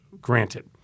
granted